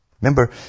Remember